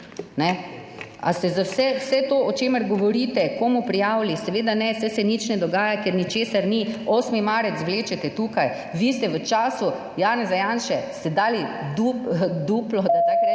Ali ste za vse to, o čemer govorite, komu prijavili? Seveda ne, saj se nič ne dogaja, ker ničesar ni. 8. marec vlečete tukaj. Vi ste v času Janeza Janše, ste dali duplo, / znak